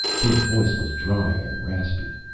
his voice was dry and raspy.